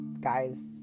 guys